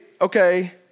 okay